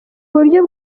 buryo